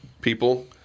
people